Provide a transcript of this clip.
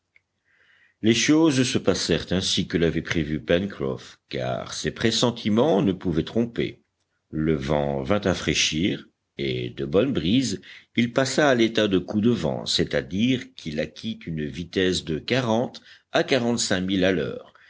les choses se passèrent ainsi que l'avait prévu pencroff car ses pressentiments ne pouvaient tromper le vent vint à fraîchir et de bonne brise il passa à l'état de coup de vent c'est-à-dire qu'il acquit une vitesse de quarante à quarante-cinq milles à l'heure